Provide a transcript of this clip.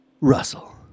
Russell